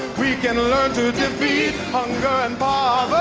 we can learn to defeat, hunger and